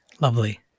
Lovely